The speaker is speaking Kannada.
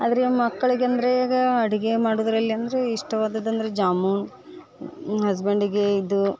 ಆದರೆ ಮಕ್ಕಳಿಗೆ ಅಂದರೆ ಈಗ ಅಡುಗೆ ಮಾಡೋದರಲ್ಲಿ ಅಂದರೆ ಇಷ್ಟವಾದದ್ದು ಅಂದರೆ ಜಾಮೂನ್ ಹಸ್ಬೆಂಡಿಗೆ ಇದು